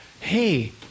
hey